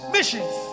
Missions